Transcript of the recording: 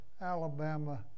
Alabama